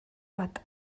bat